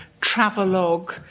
travelogue